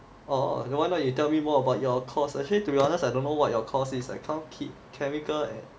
orh ya why not you tell me more about your course actually to be honest I don't know what your course is I can't keep chemical at